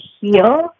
heal